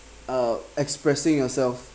uh expressing yourself